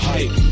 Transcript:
Hype